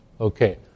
Okay